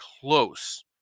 close